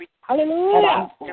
Hallelujah